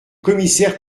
commissaire